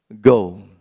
go